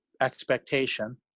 expectation